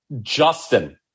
Justin